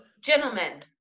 Gentlemen